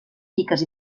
piques